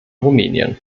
rumänien